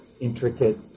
intricate